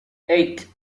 eight